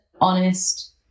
honest